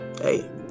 hey